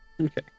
Okay